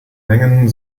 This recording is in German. mengen